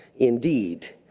indeed,